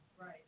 Right